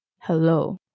hello